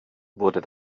wurde